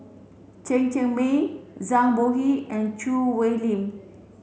Chen Cheng Mei Zhang Bohe and Choo Hwee Lim